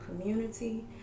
community